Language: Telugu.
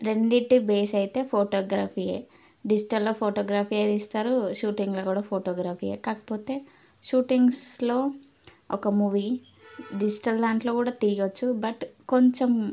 రెండిటి బేస్ అయితే ఫోటోగ్రఫీయే డిజిటల్ ఫోటోగ్రఫీయే తీస్తారు షూటింగ్లో కూడా ఫోటోగ్రఫీయే కాకపోతే షూటింగ్స్లో ఒక మూవీ డిజిటల్ దాంట్లో కూడా తీయవచ్చు బట్ కొంచెం